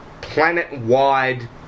planet-wide